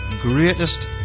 greatest